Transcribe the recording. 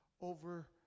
Over